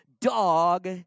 dog